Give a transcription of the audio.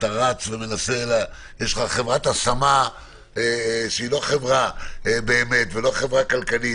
יש לך חברת השמה שהיא לא חברה באמת ולא חברה כלכלית,